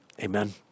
Amen